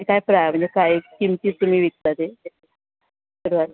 ती काय प्राय म्हणजे प्राईज किमतीत तुम्ही विकता ते सुरवात